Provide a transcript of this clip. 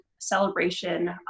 celebration